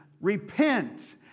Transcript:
Repent